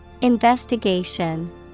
Investigation